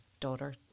daughter